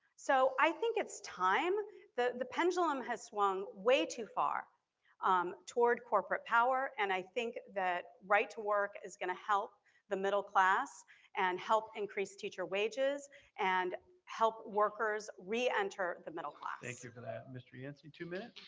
so i think it's time the the pendulum has swung way too far um toward corporate power and i think that right to work is gonna help the middle class and help increase teacher wages and help workers re-enter the middle class. thank you for that. mr yancey two minutes.